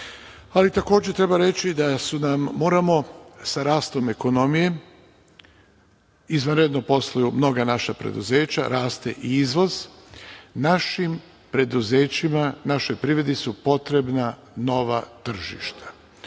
sada. Takođe, treba reći da sa rastom ekonomijom izvanredno posluju mnoga naša preduzeća, raste i izvoz. Našim preduzećima, našoj privredi su potrebna nova tržišta.